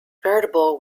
veritable